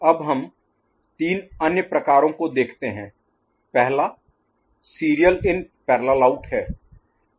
अब हम तीन अन्य प्रकारों को देखते हैं पहला सीरियल इन पैरेलल आउट है